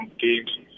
games